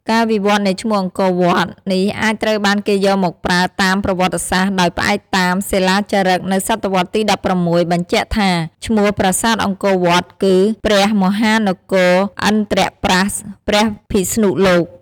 ការវិវត្តនៃឈ្មោះ អង្គរវត្ត នេះអាចត្រូវបានគេយកមកប្រើតាមប្រវត្តិសាស្ត្រដោយផ្អែកតាមសិលាចារឹកនៅសតវត្សទី១៦បញ្ជាក់ថា ឈ្មោះប្រាសាទអង្គរវត្តគឺ ព្រះមហានគរឥន្រ្ទប្រ័ស្ថព្រះពិស្ណុលោក។